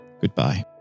goodbye